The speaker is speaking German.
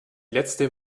letzte